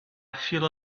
feel